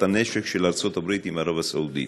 הנשק של ארצות הברית עם ערב הסעודית.